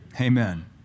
Amen